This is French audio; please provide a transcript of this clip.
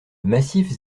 massifs